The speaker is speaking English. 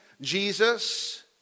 Jesus